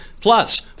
Plus